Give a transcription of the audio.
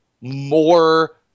more